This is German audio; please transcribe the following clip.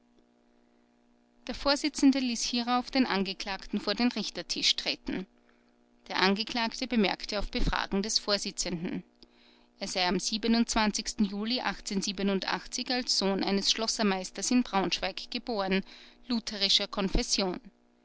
der vorsitzende ließ hierauf den angeklagten vor den richtertisch treten der angeklagte bemerkte auf befragen des vorsitzenden er sei am juli als sohn eines schlossermeisters in braunschweig geboren lutherischer konfession